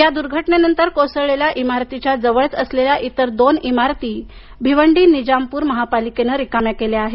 या दुर्घटनेनंतर कोसळलेल्या इमारतीच्या जवळच असलेल्या इतर दोन इमारती भिवंडी निजामपूर महापालिकेनं रिकाम्या केल्या आहेत